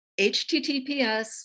HTTPS